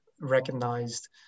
recognized